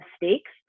mistakes